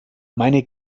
meine